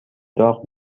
داغ